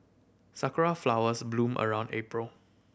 sakura flowers bloom around April